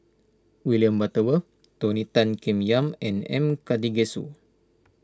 William Butterworth Tony Tan Keng Yam and M Karthigesu